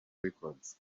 records